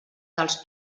dels